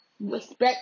respect